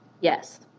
yes